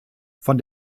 von